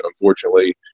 Unfortunately